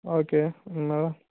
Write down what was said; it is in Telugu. ఓకే మళ్ళీ